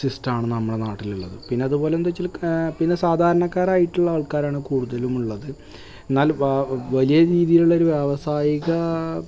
സിസ്റ്റമാണ് നമ്മുടെ നാട്ടിലുള്ളത് പിന്നതേപോലെ എന്താച്ചാൽ പിന്നെ സാധാരണക്കാരായിട്ടുള്ള ആള്ക്കാരാണ് കൂടുതലുമുള്ളത് എന്നാലും വലിയ രീതിയിലുള്ളൊരു വ്യാവസായിക